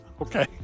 Okay